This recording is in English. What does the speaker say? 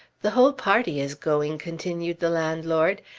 the whole party is going, continued the landlord.